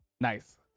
Nice